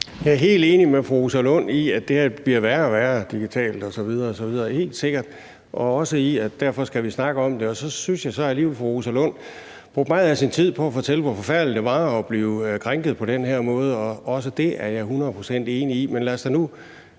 Jeg er helt enig med fru Rosa Lund i, at det digitalt bliver værre og værre osv. osv. – helt sikkert – og derfor også i, at vi skal snakke om det. Og så synes jeg alligevel, fru Rosa Lund brugte meget af sin tid på at fortælle, hvor forfærdeligt det var at blive krænket på den her måde, og også det er jeg hundrede procent enig i. Men lad os da tale